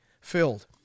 filled